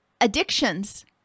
addictions